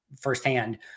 firsthand